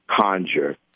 conjure